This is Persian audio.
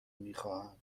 میخواهم